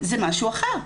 זה משהו אחר.